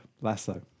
Lasso